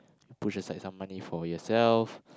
push aside some money for yourself